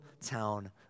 town